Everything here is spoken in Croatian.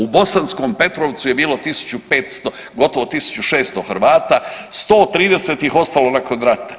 U Bosanskom Petrovcu je bilo 1500, gotovo 1600 Hrvata, 130 ih je ostalo nakon rata.